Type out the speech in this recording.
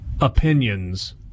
opinions